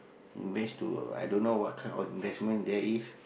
invest to i don't know what kind of investment there is